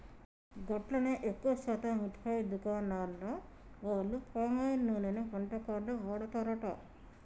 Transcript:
గట్లనే ఎక్కువ శాతం మిఠాయి దుకాణాల వాళ్లు పామాయిల్ నూనెనే వంటకాల్లో వాడతారట